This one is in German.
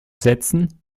setzen